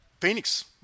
Phoenix